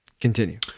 continue